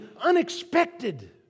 unexpected